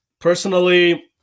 personally